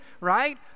right